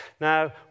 Now